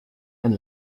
and